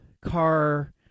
car